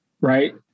Right